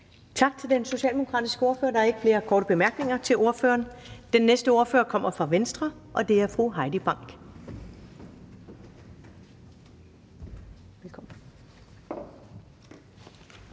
Tak til den socialdemokratiske ordfører. Der er ikke flere korte bemærkninger til ordføreren. Den næste ordfører kommer fra Venstre, og det er fru Heidi Bank.